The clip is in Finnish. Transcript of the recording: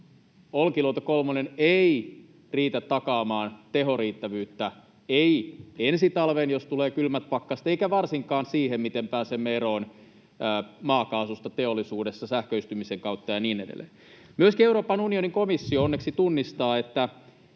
Olkiluoto kolmonen ei riitä takaamaan tehoriittävyyttä, ei ensi talveen, jos tulee kylmät pakkaset, eikä varsinkaan siihen, että pääsemme eroon maakaasusta teollisuudessa sähköistymisen kautta ja niin edelleen. Myöskin Euroopan unionin komissio onneksi tunnistaa, että